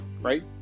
right